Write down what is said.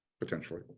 potentially